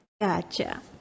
gotcha